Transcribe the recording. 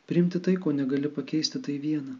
priimti tai ko negali pakeisti tai viena